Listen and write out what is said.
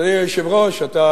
אדוני היושב-ראש, אתה